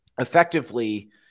effectively –